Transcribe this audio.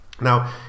Now